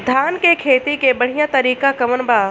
धान के खेती के बढ़ियां तरीका कवन बा?